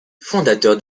fondateur